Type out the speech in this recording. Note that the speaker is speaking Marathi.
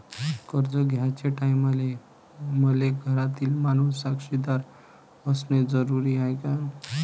कर्ज घ्याचे टायमाले मले घरातील माणूस साक्षीदार असणे जरुरी हाय का?